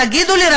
תגידו לי,